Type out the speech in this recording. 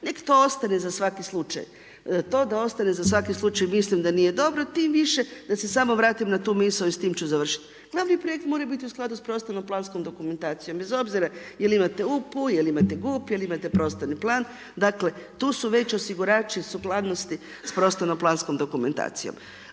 nek to ostane za svaki slučaj. To da ostane za svaki slučaj mislim da nije dobro, tim više da se samo vratim na tu misao i s tim ću završiti, …/Govornik se ne razumije./… s prostornom planskom dokumentacijom, bez obzira jel imate UP, jel imate GUP, jel imate prostorni plan, dakle, tu su već osigurači sukladnosti s prostornom planskom dokumentacijom.